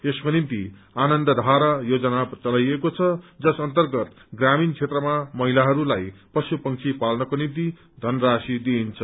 यसको निम्ति आनन्दधारा योजना चलाइएको छ जय अर्न्तगत ग्रामीण क्षेत्रमा महिलाहरूलाई पशु पक्षी पाल्नको निम्ति धनराशि दिइन्छ